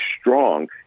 strong